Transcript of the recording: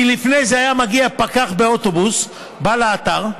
כי לפני זה היה מגיע פקח באוטובוס, בא לאתר,